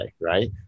right